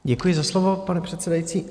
Děkuji za slovo, pane předsedající.